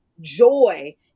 joy